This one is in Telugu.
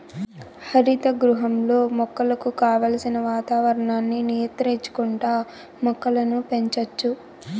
హరిత గృహంలో మొక్కలకు కావలసిన వాతావరణాన్ని నియంత్రించుకుంటా మొక్కలను పెంచచ్చు